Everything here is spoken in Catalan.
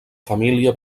família